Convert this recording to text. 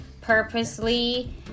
purposely